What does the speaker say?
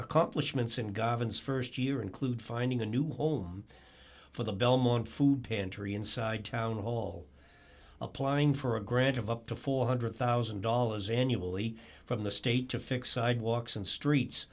accomplishments in governance st year include finding a new home for the belmont food pantry inside town hall applying for a grant of up to four hundred thousand dollars annually from the state to fix sidewalks and streets